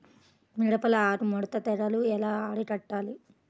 మిరపలో ఆకు ముడత తెగులు ఎలా అరికట్టాలి?